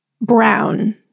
brown